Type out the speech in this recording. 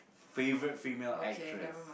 favourite female actress